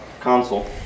console